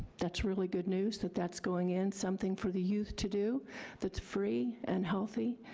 that's really good news that that's going in, something for the youth to do that's free and healthy,